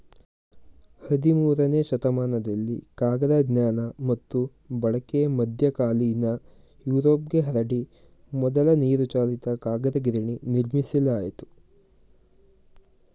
ಹದಿಮೂರನೇ ಶತಮಾನದಲ್ಲಿ ಕಾಗದ ಜ್ಞಾನ ಮತ್ತು ಬಳಕೆ ಮಧ್ಯಕಾಲೀನ ಯುರೋಪ್ಗೆ ಹರಡಿ ಮೊದಲ ನೀರುಚಾಲಿತ ಕಾಗದ ಗಿರಣಿ ನಿರ್ಮಿಸಲಾಯಿತು